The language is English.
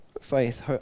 Faith